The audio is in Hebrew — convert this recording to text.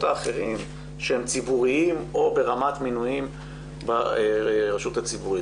האחרים שהם ציבוריים או ברמת מינויים ברשות הציבורית.